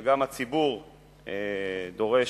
שגם הציבור דורש,